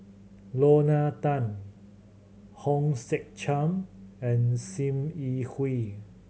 Lorna Tan Hong Sek Chern and Sim Yi Hui